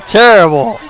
terrible